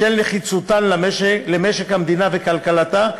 בשל נחיצותן למשק המדינה וכלכלתה,